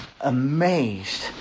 amazed